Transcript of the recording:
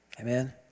Amen